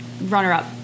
runner-up